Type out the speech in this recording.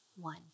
one